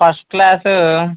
first class